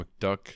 McDuck